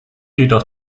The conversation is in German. jedoch